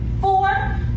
four